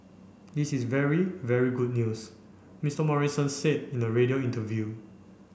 this is very very good news Mister Morrison said in a radio interview